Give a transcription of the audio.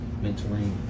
mentoring